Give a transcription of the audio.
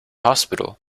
hospital